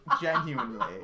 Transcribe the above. genuinely